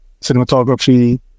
cinematography